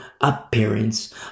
appearance